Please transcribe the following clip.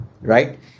right